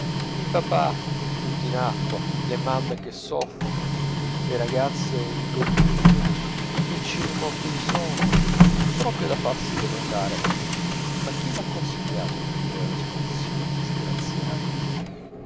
i papà tutti in acqua le mamme che soffocano le ragazze ingobbite i piccini morti di sonno proprio da farsi domandare ma chi v'ha consigliato di venire all'esposizione disgraziati